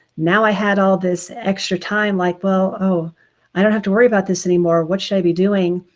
now i had all this extra time like, well, oh i don't have to worry about this anymore. what should i be doing?